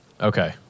Okay